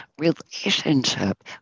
relationship